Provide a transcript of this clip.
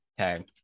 Okay